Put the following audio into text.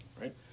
right